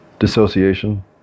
dissociation